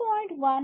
11 A 100